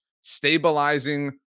stabilizing